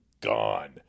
gone